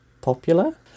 popular